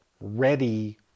ready